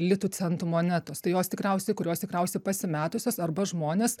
litų centų monetos tai jos tikriausiai kurios tikriausiai pasimetusios arba žmonės